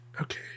Okay